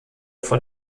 vor